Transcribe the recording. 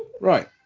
Right